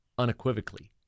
unequivocally